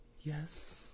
Yes